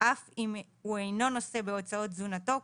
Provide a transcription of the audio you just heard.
אף אם הוא אינו נושא בהוצאות תזונתנו,